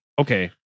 okay